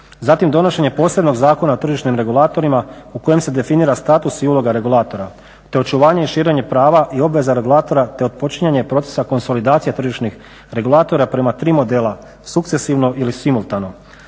Zatim donošenje posebnog zakona o tržišnim regulatorima u kojim se definira status i uloga regulatora, te očuvanje i širenje prava i obveza regulatora, te otpočinjanje procesa konsolidacija tržišnih regulatora prema tri modela sukcesivno ili simultano.